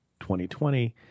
2020